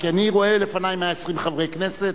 כי אני רואה לפני 120 חברי כנסת,